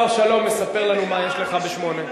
השר שלום מספר לנו מה יש לך ב-20:00.